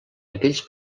aquells